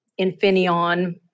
Infineon